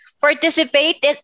participated